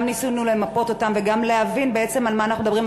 גם ניסינו למפות אותם ולהבין על מה אנחנו מדברים,